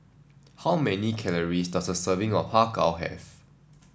how many calorie does a serving of Har Kow have